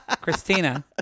Christina